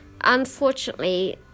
Unfortunately